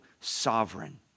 sovereign